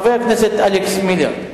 חבר הכנסת אלכס מילר.